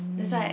is like